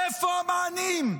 איפה המענים?